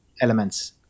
elements